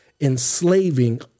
enslaving